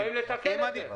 אנחנו באים לתקן את זה.